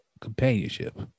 companionship